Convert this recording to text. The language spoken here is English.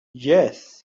yes